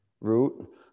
Root